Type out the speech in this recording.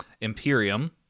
Imperium